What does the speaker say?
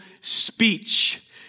speech